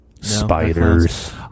spiders